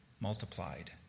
multiplied